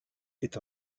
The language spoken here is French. est